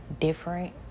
different